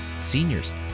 seniors